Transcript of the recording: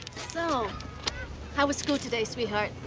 so how was school today, sweetheart?